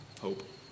Hope